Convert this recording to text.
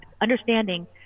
Understanding